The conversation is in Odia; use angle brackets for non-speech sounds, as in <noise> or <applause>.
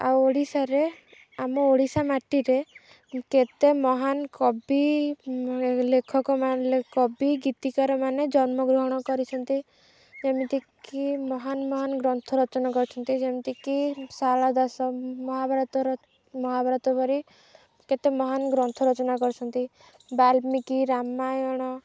ଆଉ ଓଡ଼ିଶାରେ ଆମ ଓଡ଼ିଶା ମାଟିରେ କେତେ ମହାନ କବି <unintelligible> ଲେଖକ <unintelligible> କବି ଗୀତିକାର ମାନେ ଜନ୍ମଗ୍ରହଣ କରିଛନ୍ତି ଯେମିତିକି ମହାନ ମହାନ ଗ୍ରନ୍ଥ ରଚନା କରିଛନ୍ତି ଯେମିତିକି ସାରଳା ଦାସ ମହାଭାରତର ମହାଭାରତ ପରି କେତେ ମହାନ ଗ୍ରନ୍ଥ ରଚନା କରିଛନ୍ତି ବାଲ୍ମୀକି ରାମାୟଣ